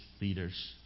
leaders